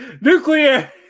nuclear